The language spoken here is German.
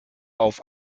auf